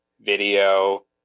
video